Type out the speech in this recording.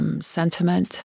sentiment